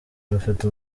rufite